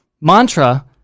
mantra